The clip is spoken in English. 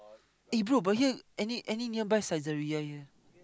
eh bro but here any any nearby Saizeriya here